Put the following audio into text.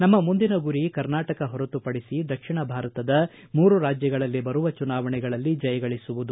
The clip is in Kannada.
ನಮ್ಮ ಮುಂದಿನ ಗುರಿ ಕರ್ನಾಟಕ ಹೊರತುಪಡಿಸಿ ದಕ್ಷಿಣ ಭಾರತದ ಮೂರು ರಾಜ್ಯಗಳಲ್ಲಿ ಬರುವ ಚುನಾವಣೆಗಳಲ್ಲಿ ಜಯಗಳಿಸುವುದು